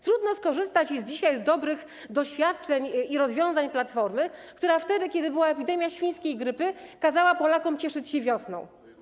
Trudno skorzystać jest dzisiaj z dobrych doświadczeń i rozwiązań Platformy, która wtedy, kiedy była epidemia świńskiej grypy, kazała Polakom cieszyć się wiosną.